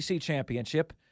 championship